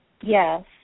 Yes